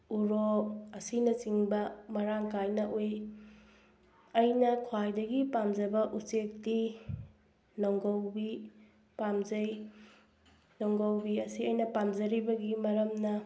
ꯎꯔꯣꯛ ꯑꯁꯤꯅꯆꯤꯡꯕ ꯃꯔꯥꯡ ꯀꯥꯏꯅ ꯎꯏ ꯑꯩꯅ ꯈ꯭ꯋꯥꯏꯗꯒꯤ ꯄꯥꯝꯖꯕ ꯎꯆꯦꯛꯇꯤ ꯅꯣꯡꯒꯧꯕꯤ ꯄꯥꯝꯖꯩ ꯅꯣꯡꯒꯧꯕꯤ ꯑꯁꯤ ꯑꯩꯅ ꯄꯥꯝꯖꯔꯤꯕꯒꯤ ꯃꯔꯝꯅ